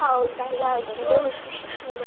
ହଉ ତାହେଲେ ଆଜ୍ଞା ରହୁଛି ନମସ୍କାର